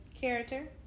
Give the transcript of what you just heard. character